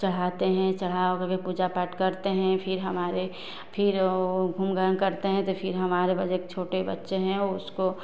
चढ़ाते हैं चढ़ा उढ़ा करके पूजा पाठ करते हैं फिर हमारे फिर वह घूम घाम करते हैं फिर हमारे छोटे बच्चे हैं उसको